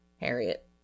Harriet